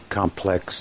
complex